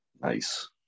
Nice